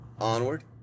Onward